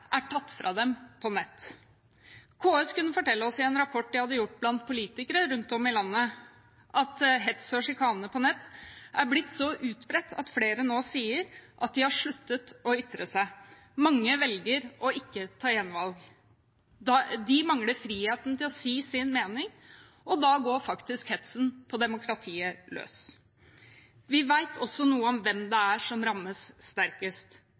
er tatt fra dem på nett. KS kunne fortelle oss i en rapport de hadde gjort blant politikere rundt om i landet, at hets og sjikane på nett er blitt så utbredt at flere nå sier at de har sluttet å ytre seg. Mange velger ikke å ta gjenvalg. De mangler friheten til å si sin mening, og da går faktisk hetsen på demokratiet løs. Vi vet også noe om hvem det er som rammes sterkest.